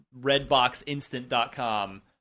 redboxinstant.com